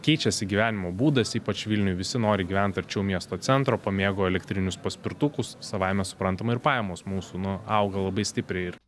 keičiasi gyvenimo būdas ypač vilniuj visi nori gyvent arčiau miesto centro pamėgo elektrinius paspirtukus savaime suprantama ir pajamos mūsų auga labai stipriai ir